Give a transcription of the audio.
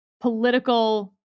political